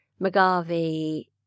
McGarvey